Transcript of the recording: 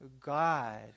God